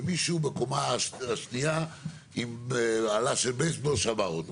ומישהו בקומה השנייה עם אלה של בייסבול שבר אותו.